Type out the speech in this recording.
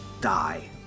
die